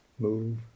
move